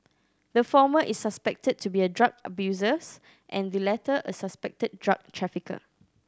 the former is suspected to be a drug abusers and the latter a suspected drug trafficker